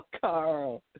Carl